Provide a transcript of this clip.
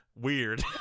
weird